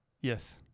Yes